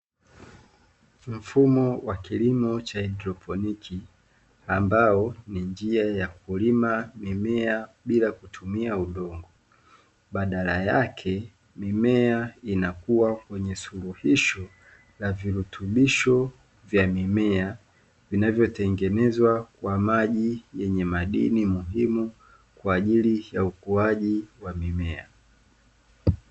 Mfumo wa kilimo cha haidroponiki, ambayo ni njia ya kulima mimea bila kutumia udongo. Badala yake mimea inakua kwenye suluhisho la virutubisho vya mimea vinavyotengenezwa kwa maji yenye madini muhimu kwa ajili ya ukuaji wa mimea.